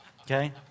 Okay